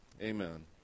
amen